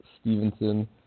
Stevenson